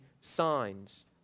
signs